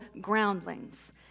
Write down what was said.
groundlings